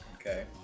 Okay